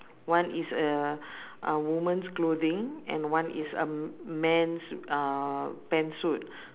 one is a a women's clothing and one is a men's uh pants suit